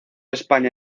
españa